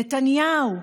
נתניהו.